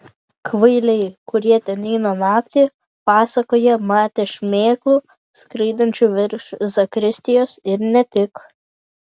kvailiai kurie ten eina naktį pasakoja matę šmėklų skraidančių virš zakristijos ir ne tik